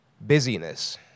Busyness